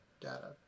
data